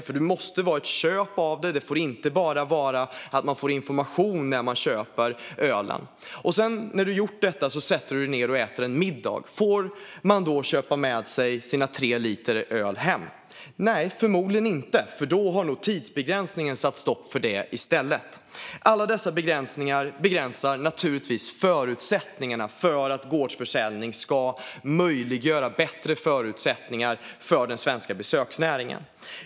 Det måste nämligen vara ett köp av detta, och det får inte vara så att du bara får information när du köper ölen. När du gjort detta sätter du dig ned och äter en middag. Får du då köpa med dig dina tre liter öl hem? Nej, förmodligen inte. För då har nog tidsbegränsningen satt stopp för detta i stället. Allt detta begränsar naturligtvis möjligheterna för att gårdsförsäljning ska leda till bättre förutsättningar för den svenska besöksnäringen.